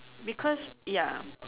because ya